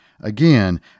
Again